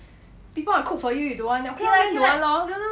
people want cook for you you don't want then okay lor don't want lor